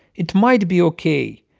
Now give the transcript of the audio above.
it might be ok.